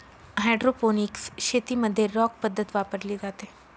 hydroponics शेतीमध्ये rock पद्धत वापरली जाते